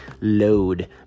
load